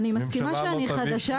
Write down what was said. אני מסכימה שאני חדשה.